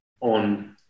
on